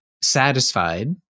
satisfied